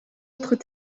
autres